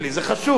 זה חשוב.